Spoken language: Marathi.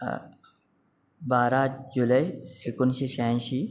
बारा जुलै एकोणीसशे शहाऐंशी